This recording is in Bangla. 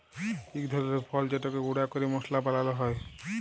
ইক ধরলের ফল যেটকে গুঁড়া ক্যরে মশলা বালাল হ্যয়